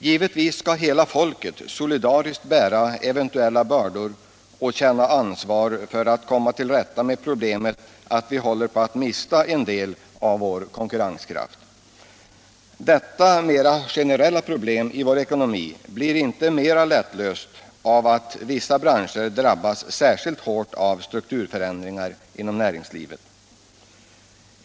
Givetvis skall hela folket solidariskt bära sådana bördor och känna ansvar för att vi måste komma till rätta med problemet att vi håller på att mista en del av vår konkurrenskraft. Detta mera generella problem i vår ekonomi blir inte mer lättlöst av att vissa branscher drabbas särskilt hårt av strukturförändringar inom näringslivet.